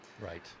Right